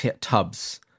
tubs